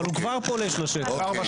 אבל הוא כבר פולש לשטח של קיבוץ מורן.